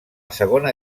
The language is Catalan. segona